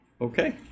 Okay